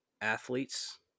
athletes